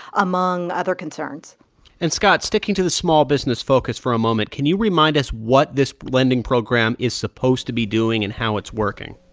among other concerns and scott, sticking to the small-business focus for a moment, can you remind us what this lending program is supposed to be doing and how it's working?